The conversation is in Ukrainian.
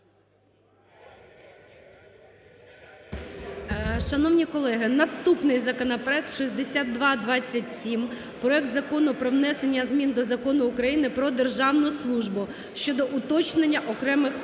Шановні колеги, наступний законопроект – 6227, проект Закону про внесення змін до Закону України "Про державну службу" (щодо уточнення окремих